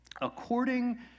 According